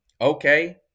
Okay